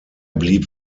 blieb